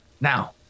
now